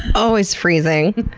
always freezing.